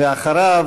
ואחריו,